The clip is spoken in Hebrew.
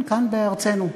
כן, כאן, בארצנו.